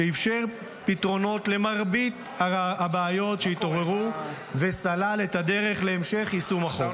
שאפשר פתרונות למרבית הבעיות שהתעוררו וסלל את הדרך להמשך יישום החוק.